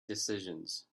decisions